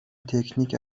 تکنیک